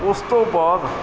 ਉਸ ਤੋਂ ਬਾਅਦ